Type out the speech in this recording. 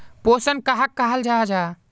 पोषण कहाक कहाल जाहा जाहा?